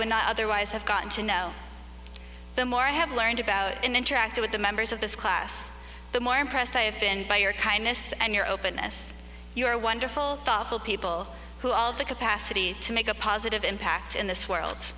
would not otherwise have gotten to know them or have learned about and interact with the members of this class the more impressed i have been by your kindness and your openness your wonderful thoughtful people who all the capacity to make a positive impact in this world